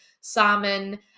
salmon